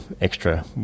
extra